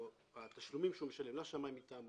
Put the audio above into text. התשלומים שהוא ישלם לשמאי מטעמו,